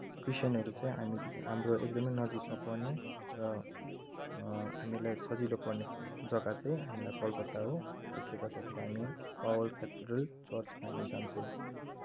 क्रिस्टियनहरू चाहिँ हामीदेखि हाम्रो एकदमै नजिकमा पर्ने र हामीलाई सजिलो पर्ने जग्गा चाहिँ हामीलाई कलकत्ता हो त्यसले गर्दाखेरि हामी पावल केथेड्रल चर्चमा हामी जान्छौँ